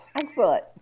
Excellent